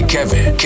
Kevin